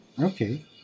Okay